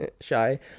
shy